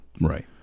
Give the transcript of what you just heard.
right